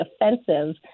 offensive